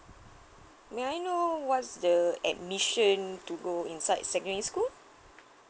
may I know what's the admission to go inside secondary school